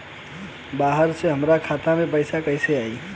बाहर से हमरा खाता में पैसा कैसे आई?